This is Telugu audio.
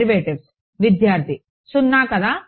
డెరివేటివ్స్ విద్యార్థి 0 కదా